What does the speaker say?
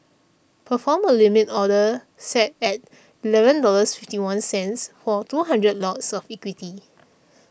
perform a Limit Order set at eleven dollars fifty one cents for two hundred lots of equity